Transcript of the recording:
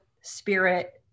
spirit